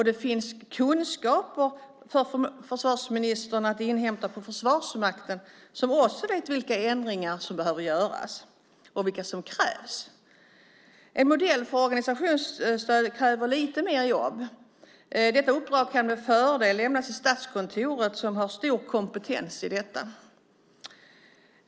Det finns kunskaper för försvarsministern att inhämta hos Försvarsmakten, som också vet vilka ändringar som krävs och behöver göras. En modell för organisationsstöd kräver lite mer jobb. Detta uppdrag kan med fördel lämnas till Statskontoret, som har stor kompetens i detta.